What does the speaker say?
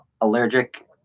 allergic